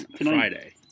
Friday